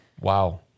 Wow